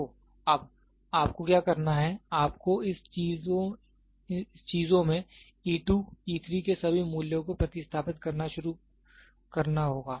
तो अब आपको क्या करना है आपको इस चीज़ों में e 2 e 3 के सभी मूल्यों को प्रति स्थापित करना शुरू करना होगा